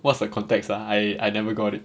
what's the context ah I I never got it